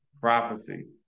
prophecy